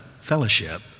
fellowship